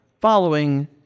following